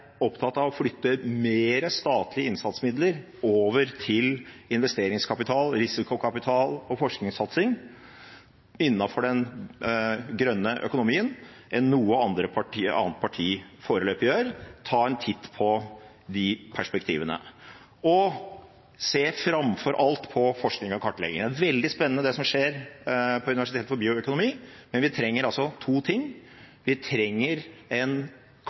opptatt av å flytte flere statlige innsatsmidler over til investeringskapital, risikokapital og forskningssatsing innenfor den grønne økonomien enn noe annet parti foreløpig gjør. Ta en titt på de perspektivene, og se framfor alt på forskning og kartlegging. Det er veldig spennende det som skjer på Universitetet for miljø- og biovitenskap, men vi trenger to ting: Vi trenger en